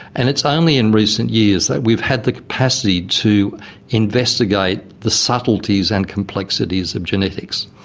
and it's only in recent years that we've had the capacity to investigate the subtleties and complexities of genetics.